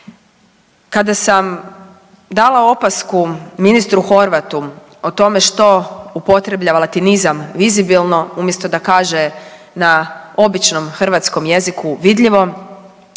Kada sam dala opasku ministru Horvatu o tome što upotrebljava latinizam „vizibilno“ umjesto da kaže na običnom hrvatskom jeziku „vidljivo“,